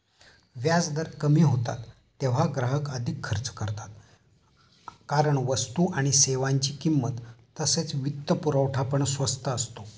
व्याजदर कमी होतात तेव्हा ग्राहक अधिक खर्च करतात कारण वस्तू आणि सेवांची किंमत तसेच वित्तपुरवठा पण स्वस्त असतो